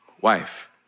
wife